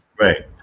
right